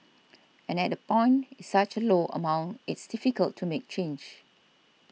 and at that point such a low amount it's difficult to make change